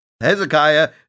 Hezekiah